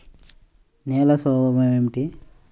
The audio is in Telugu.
నేలల స్వభావం ఏమిటీ?